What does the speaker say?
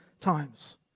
times